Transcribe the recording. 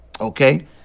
Okay